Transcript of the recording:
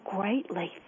greatly